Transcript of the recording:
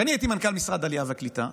כשאני הייתי מנכ"ל משרד העלייה והקליטה,